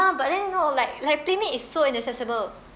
but then no like like Playmade is so inaccessible